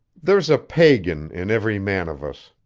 there's a pagan in every man of us.